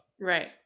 right